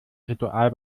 ritual